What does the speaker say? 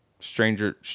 Stranger –